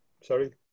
Sorry